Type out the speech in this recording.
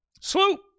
Sloop